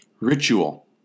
Ritual